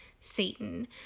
Satan